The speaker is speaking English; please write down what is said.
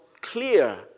clear